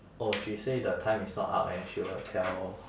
oh she say the time is not up and she will tell